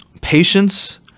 patience